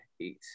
eight